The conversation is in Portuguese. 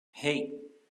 hey